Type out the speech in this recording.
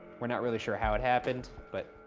we're not really sure how it happened, but.